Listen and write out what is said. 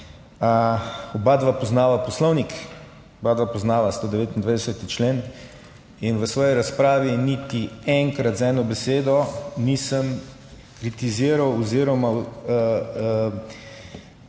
Oba poznava poslovnik, oba poznava 129. člen. V svoji razpravi niti enkrat z eno besedo nisem kritiziral oziroma